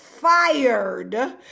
fired